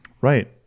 Right